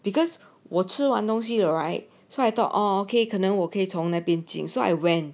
because 我吃完东西 the right so I thought oh okay 可能我可以从那边进 so I went